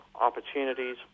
opportunities